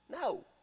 No